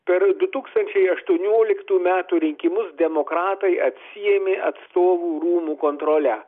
per du tūkstančiai aštuonioliktų metų rinkimus demokratai atsiėmė atstovų rūmų kontrolę